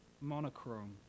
monochrome